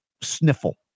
sniffle